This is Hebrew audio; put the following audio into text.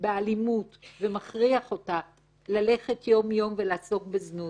באלימות ומכריח אותה ללכת יום-יום ולעסוק בזנות,